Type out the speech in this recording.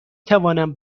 توانم